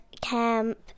camp